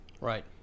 right